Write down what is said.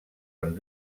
amb